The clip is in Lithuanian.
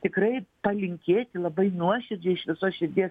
tikrai palinkėti labai nuoširdžiai iš visos širdies